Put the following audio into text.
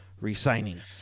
resigning